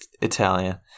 italian